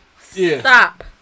Stop